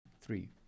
Three